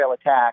attack